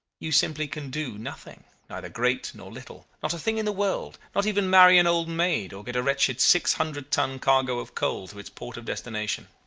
you simply can do nothing, neither great nor little not a thing in the world not even marry an old maid, or get a wretched six hundred ton cargo of coal to its port of destination.